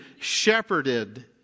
shepherded